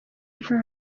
impano